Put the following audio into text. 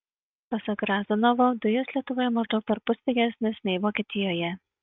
pasak riazanovo dujos lietuvoje maždaug perpus pigesnės nei vokietijoje